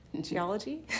geology